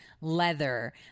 leather